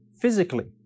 physically